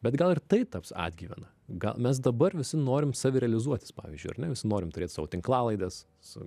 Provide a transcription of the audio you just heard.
bet gal ir tai taps atgyvena gal mes dabar visi norim savirealizuotis pavyzdžiui ar ne visi norim turėt savo tinklalaides